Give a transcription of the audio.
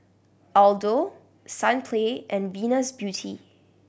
Aldo Sunplay and Venus Beauty